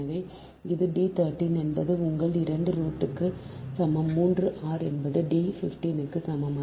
எனவே இது D 13 என்பது உங்கள் 2 ரூட்டுக்கு சமம் 3 r என்பது D 15 க்கு சமம்